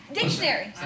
Dictionary